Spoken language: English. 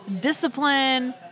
discipline